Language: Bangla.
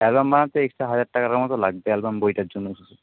অ্যালবাম বানাতে এক্সট্রা হাজার টাকার মতো লাগবে অ্যালবাম বইটার জন্য